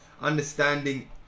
understanding